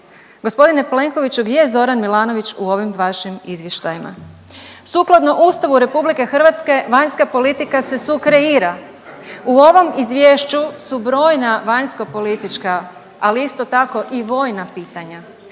Gospodine Plenkoviću gdje je Zoran Milanović u ovim vašim izvještajima? Sukladno Ustavu Republike Hrvatske vanjska politika se sukreira. U ovom izvješću su brojna vanjsko-politička ali isto tako i vojna pitanja.